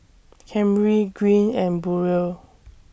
Camryn Greene and Burrell